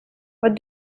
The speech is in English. what